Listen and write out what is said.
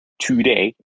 today